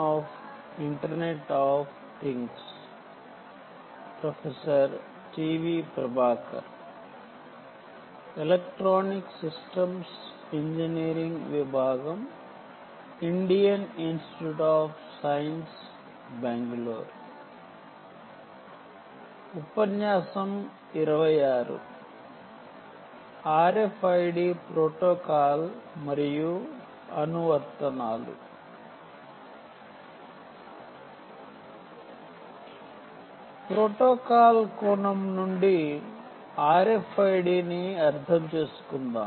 కాబట్టి ప్రోటోకాల్ కోణం నుండి RFID ని అర్థం చేసుకుందాం